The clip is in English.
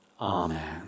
Amen